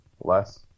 Less